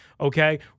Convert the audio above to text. okay